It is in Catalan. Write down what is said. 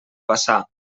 passar